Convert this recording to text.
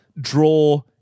draw